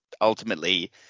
ultimately